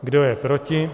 Kdo je proti?